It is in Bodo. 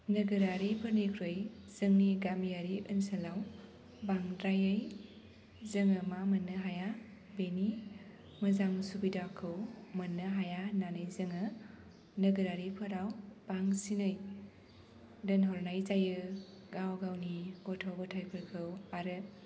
नोगोरारि फोरनिख्रुइ जोंनि गामियारि ओनसोलाव बांद्रायै जोङो मा मोननो हाया बेनि मोजां सुबिदाखौ मोनो हाया होन्नानै जोङो नोगोरारि फोराव बांसिनै दोनहरनाय जायो गाव गावनि गथ' गथायफोरखौ आरो